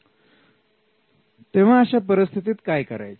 तेव्हा अशा परिस्थितीत काय करायचे